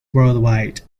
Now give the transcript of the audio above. worldwide